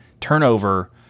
turnover